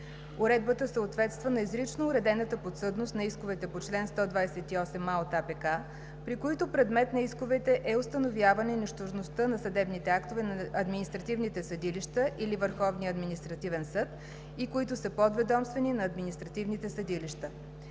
Уредбата съответства на изрично уредената подсъдност на исковете по чл. 128а от Административнопроцесуалния кодекс, при които предмет на исковете е установяване нищожността на съдебните актове на административните съдилища или Върховния административен съд и които са подведомствени на административните съдилища.